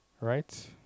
Right